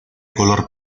color